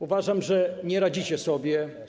Uważam, że nie radzicie sobie.